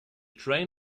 train